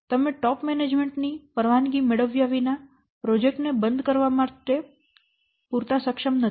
તમે top management ની પરવાનગી મેળવ્યા વિના પ્રોજેક્ટ ને બંધ કરવા માટે પૂરતા સક્ષમ નથી